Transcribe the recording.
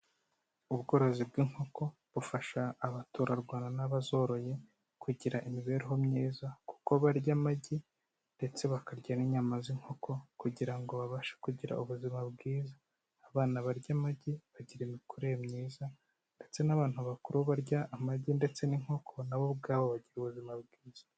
Ubworozi bw'inkoko bufasha abaturarwanda n'abazoroye kugira imibereho myiza, kuko barya amagi ndetse bakarya n'inyama z'inkoko kugira ngo babashe kugira ubuzima bwiza. Abana barya amagi bagira imikurire myiza ndetse n'abantu bakuru barya amagi ndetse n'inkoko na bo ubwabo bagira ubuzima bwiza.